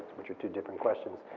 which are two different questions.